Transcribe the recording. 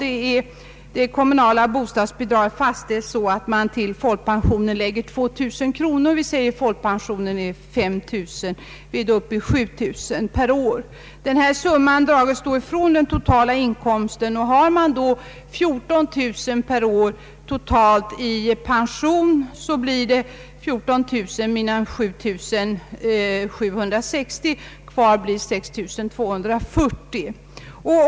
Där fastställs det kommunala bostadsbidraget på så sätt att till folkpensionen läggs 2000 kronor. Låt oss säga att folkpensionen är 5760 kronor. Vi är då uppe i 7 760 kronor per år. Detta belopp dras av från den totala inkomsten. Har man 14 000 kronor per år totalt i pension, gör det 14000 kronor minus 7760 kronor; kvar blir 6 240 kronor.